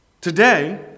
Today